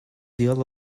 deal